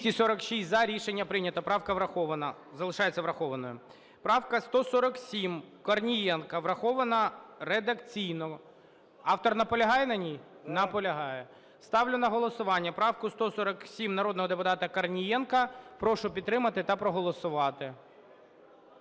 За-246 Рішення прийнято. Правка врахована, залишається врахованою. Правка 147 Корнієнка, врахована редакційно. Автор наполягає на ній? Наполягає. Ставлю на голосування правку 147, народного депутат Корнієнка, прошу підтримати та проголосувати.